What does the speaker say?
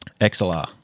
XLR